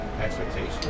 Expectations